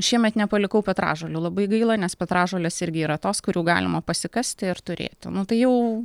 šiemet nepalikau petražolių labai gaila nes petražolės irgi yra tos kurių galima pasikasti ir turėti nu tai jau